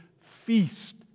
feast